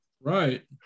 right